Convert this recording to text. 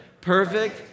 perfect